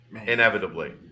Inevitably